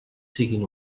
siguin